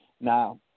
Now